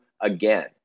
again